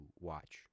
watch